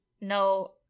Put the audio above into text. No